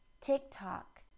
TikTok